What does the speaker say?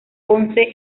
once